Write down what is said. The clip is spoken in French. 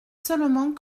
seulement